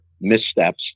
missteps